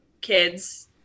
kids